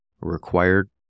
Required